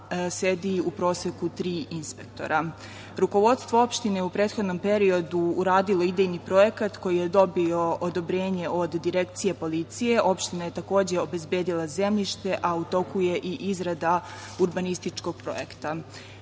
sedi u proseku tri inspektora. Rukovodstvo opštine u prethodnom periodu je uradilo idejni projekata koji je dobio odobrenje od Direkcije policije. Opština je takođe obezbedila zemljište, a u toku je i izrada urbanističkog projekta. Mi